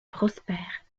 prospères